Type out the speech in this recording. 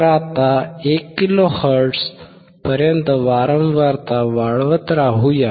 तर आता 1 kilohertz पर्यंत वारंवारता वाढवत राहू या